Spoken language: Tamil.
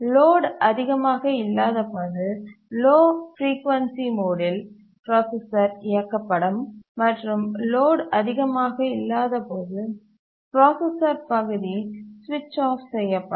லோடு அதிகமாக இல்லாதபோது லோ பிரீகொன்சி மோடில் பிராசசர் இயக்கப்படும் மற்றும் லோடு அதிகமாக இல்லாத போது பிராசசர் பகுதி சுவிட்ச் ஆப் செய்யப்படும்